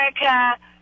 America